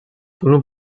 bunu